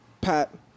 Pat